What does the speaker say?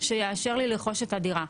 שיאשר לי לרכוש את הדירה.